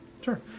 Sure